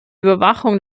überwachung